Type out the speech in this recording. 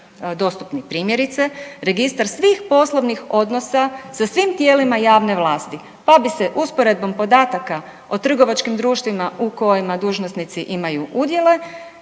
dostupni. Primjerice, registar svih poslovnih odnosa sa svim tijelima javne vlasti. Pa bi se usporedbom podataka o trgovačkim društvima u kojima dužnosnici imaju udjele